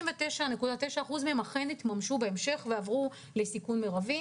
99.9% אכן התממשו בהמשך ועברו לסיכון מרבי,